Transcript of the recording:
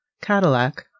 Cadillac